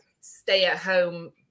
stay-at-home